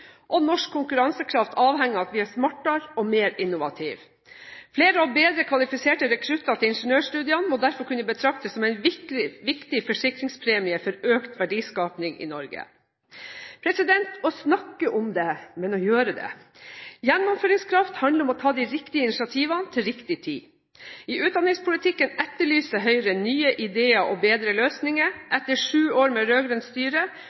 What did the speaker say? ingeniørintensive. Norsk konkurransekraft avhenger av at vi er smartere og mer innovative. Flere og bedre kvalifiserte rekrutter til ingeniørstudiene må derfor kunne betraktes som en viktig forsikringspremie for økt verdiskaping i Norge. Å snakke om det er én ting, men å gjøre det noe annet. Gjennomføringskraft handler om å ta de riktige initiativene til riktig tid. I utdanningspolitikken etterlyser Høyre nye ideer og bedre løsninger. Etter syv år med rød-grønt styre